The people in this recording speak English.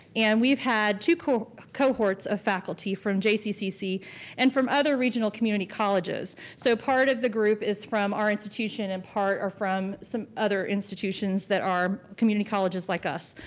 and we've had two cohorts of faculty from jccc and from other regional community colleges. so part of the group is from our institution and part are from some other institutions that are community colleges like us.